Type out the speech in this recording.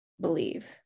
believe